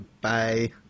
Bye